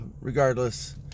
Regardless